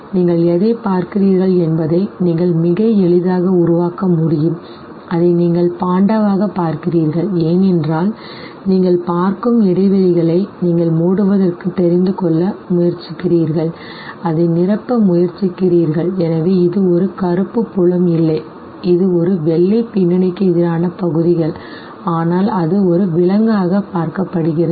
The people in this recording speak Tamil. நீங்கள் எதைப் பார்க்கிறீர்கள் என்பதை நீங்கள் மிக எளிதாக உருவாக்க முடியும் அதை நீங்கள் பாண்டாவாகப் பார்க்கிறீர்கள் ஏனென்றால் நீங்கள் பார்க்கும் இடைவெளிகளை நீங்கள் மூடுவதற்குத் தெரிந்துகொள்ள முயற்சிக்கிறீர்கள் அதை நிரப்ப முயற்சிக்கிறீர்கள் எனவே இது ஒரு கருப்பு புலம் இல்லை இது ஒரு வெள்ளை பின்னணிக்கு எதிரான பகுதிகள் ஆனால் அது ஒரு விலங்காக பார்க்கப்படுகிறது